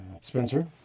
spencer